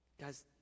Guys